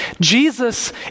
Jesus